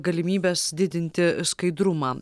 galimybes didinti skaidrumą